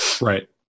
Right